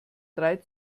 drei